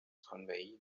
conveyed